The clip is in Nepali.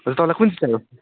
हजुर तपाईँलाई कुन चाहिँ चाहियो